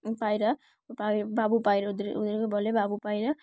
পায়রা বা বাবু পায়রা ওদের ওদেরকে বলে বাবু পায়রা